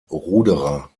ruderer